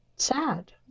sad